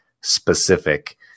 specific